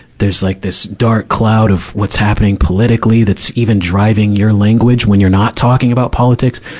there's like this dark cloud of what's happening politically that's even driving your language when you're not talking about politics.